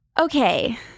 okay